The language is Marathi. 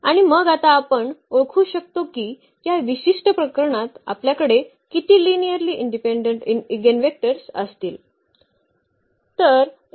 आणि मग आता आपण ओळखू शकतो की या विशिष्ट प्रकरणात आपल्याकडे किती लिनिअर्ली इंडिपेंडेंट इगेनवेक्टर्स असतील